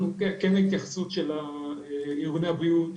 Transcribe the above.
אנחנו כן ההתייחסות של ארגון הבריאות